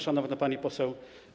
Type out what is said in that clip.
Szanowna Pani Poseł!